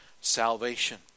salvation